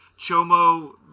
Chomo